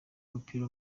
w’umupira